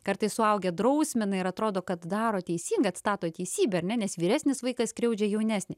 kartais suaugę drausmina ir atrodo kad daro teisingai atstato teisybę ar ne nes vyresnis vaikas skriaudžia jaunesnį